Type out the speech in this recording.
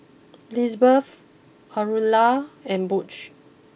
Lisbeth Aurilla and Butch